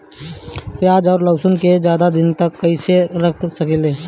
प्याज और लहसुन के ज्यादा दिन तक कइसे रख सकिले?